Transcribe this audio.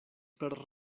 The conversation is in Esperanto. per